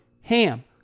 HAM